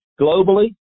globally